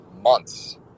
months